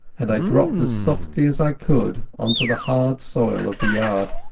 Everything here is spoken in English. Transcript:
and i dropped as softly as i could on to the hard soil of the yard.